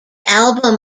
album